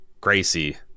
Gracie